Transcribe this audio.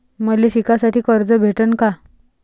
मले शिकासाठी कर्ज भेटन का?